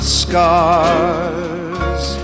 scars